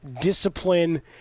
discipline